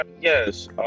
yes